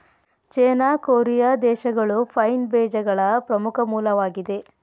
ಚೇನಾ, Korea ದೇಶಗಳು pine ಬೇಜಗಳ ಪ್ರಮುಖ ಮೂಲವಾಗಿದೆ